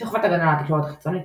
שכבת הגנה על התקשורת החיצונית,